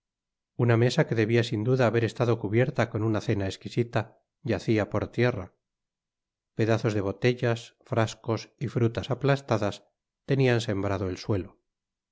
una mesa que debia sin duda haber estado cubierta con una cena esquisita yacia por tierra pedazos de botellas frascos y frutas aplastadas tenian sembrado el suelo